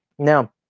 Now